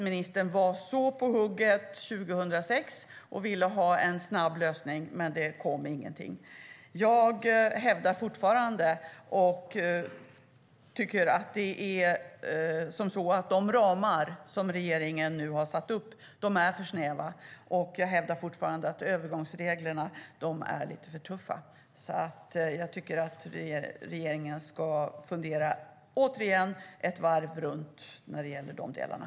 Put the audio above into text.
Ministern var så på hugget 2006 och ville ha en snabb lösning, men det kom ingenting. Jag hävdar fortfarande att de ramar som regeringen nu har satt upp är för snäva och att övergångsreglerna är lite för tuffa. Jag tycker att regeringen ska fundera ett varv till när det gäller de delarna.